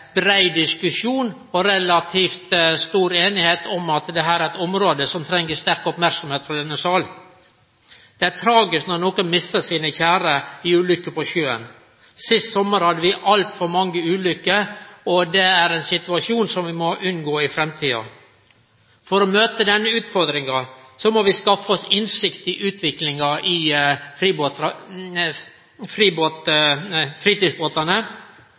relativt stor einigheit om at dette er eit område som treng stor merksemd frå denne salen. Det er tragisk når nokon mistar sine kjære i ulykker på sjøen. Sist sommar hadde vi altfor mange ulykker, og det er ein situasjon vi må unngå i framtida. For å møte denne utfordringa må vi skaffe oss innsikt i utviklinga av fritidsbåtane. Derfor har regjeringa sett ned ei brei samansett arbeidsgruppe som skal ta fatt i